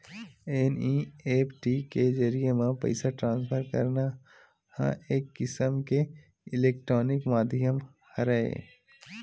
NEFT के जरिए म पइसा ट्रांसफर करना ह एक किसम के इलेक्टानिक माधियम हरय